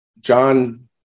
John